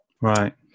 Right